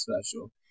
special